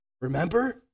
Remember